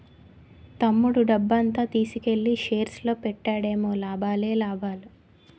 తమ్ముడు డబ్బంతా తీసుకెల్లి షేర్స్ లో పెట్టాడేమో లాభాలే లాభాలు